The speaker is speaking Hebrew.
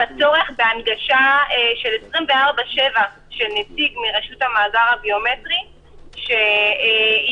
הצורך בהנגשה של 24/7 של נציג מרשות המאגר הביומטרי שיהיה